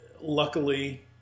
luckily